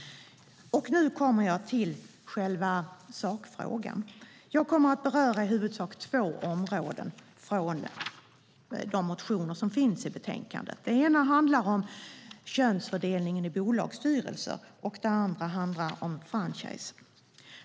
Nu kommer jag till själva sakfrågan. Jag kommer att beröra i huvudsak två områden från de motioner som finns i betänkandet. Det ena handlar om könsfördelningen i bolagsstyrelser, och det andra handlar om franchise.